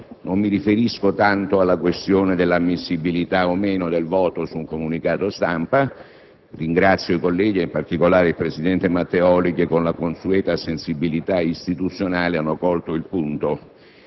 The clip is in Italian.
Non mi riferisco tanto alla questione dell'ammissibilità o meno del voto su un comunicato stampa. Ringrazio i colleghi, in particolare il presidente Matteoli, che, con la consueta sensibilità istituzionale, hanno colto il punto.